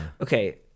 Okay